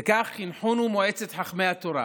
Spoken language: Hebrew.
וכך חינכונו מועצת חכמי התורה,